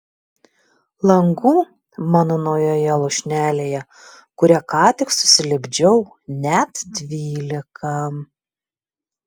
langų mano naujoje lūšnelėje kurią ką tik susilipdžiau net dvylika